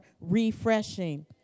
refreshing